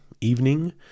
evening